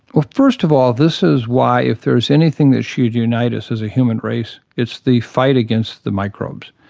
well, first of all this is why if there's anything that should unite us as a human race it's the fight against the microbes.